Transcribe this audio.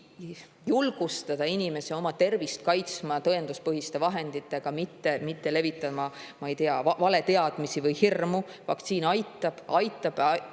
Vaktsiin aitab,